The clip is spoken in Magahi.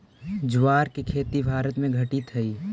ज्वार के खेती भारत में घटित हइ